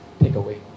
takeaway